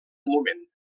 moment